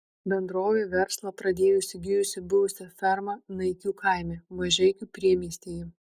bendrovė verslą pradėjo įsigijusi buvusią fermą naikių kaime mažeikių priemiestyje